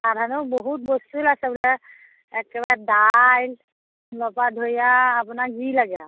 সাধাণক বহুত বস্তুৱে আছে বোলে একেবাৰে দাইল লপা ধৰি আৰু আপোনাক যি লাগে আৰু